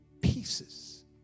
pieces